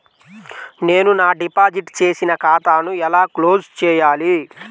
నేను నా డిపాజిట్ చేసిన ఖాతాను ఎలా క్లోజ్ చేయాలి?